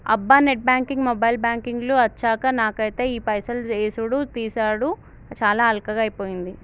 అబ్బా net banking mobile banking లు అచ్చాక నాకైతే ఈ పైసలు యేసుడు తీసాడు చాలా అల్కగైపోయింది